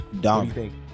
Dom